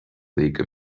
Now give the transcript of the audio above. league